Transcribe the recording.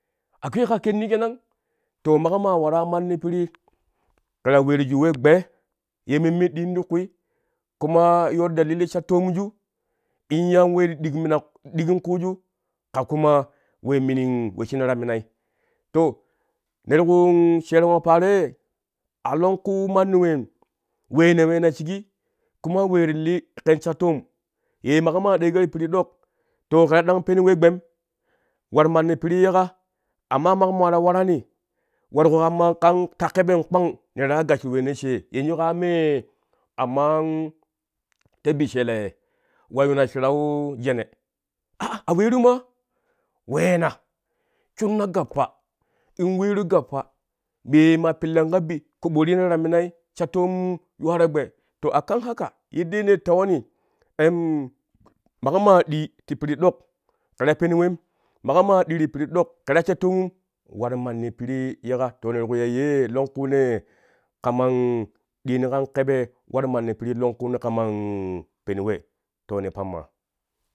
Ashe ka kenni kenang to maƙo ma waraa manni pirii yooro dalili sha tomju in yaawe ti ɗik mina ɗikin kuju ka kuma ween minin wesshina ta minai to ne ti ku sheroma paaro ye a longku manni weim, wee ne weena shiƙi kuma we ti li kɛn sha toom ye maƙo maa ɗego ti piri ɗok to kaa ɗang pen we gbem war manni piri yeƙa amma maƙo maa ta warani warƙo man ta keben kpang ne ta warui gassho weeno she yanju kaa mee amma ta bi sheela ye wa yuuna shirau jene aa a weeru maa? Weena shunna gappa in weeru gappa mee maa pillan ka bi ƙoɓo rina ta minai sha toom yuwaro gɓe to akan haka yeddee ne ti tewoni maƙo maa ɗii ti piri ɗok kɛ ta pen wem maƙo maa ɗii ti piri ɗok kɛ ta sha toomum waru manni piri yeƙa to ne ti ku ya yee ye longkunee kaman ɗiino kan kebe war manni piri longkunɛ kaman pen we to ne pamma